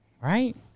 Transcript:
Right